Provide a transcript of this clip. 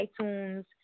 iTunes